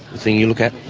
thing you look at.